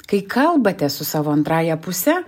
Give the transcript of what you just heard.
kai kalbate su savo antrąja puse